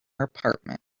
apartment